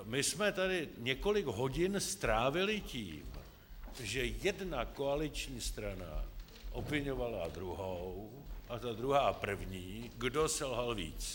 My jsme tady několik hodin strávili tím, že jedna koaliční strana obviňovala druhou a ta druhá první, kdo selhal víc.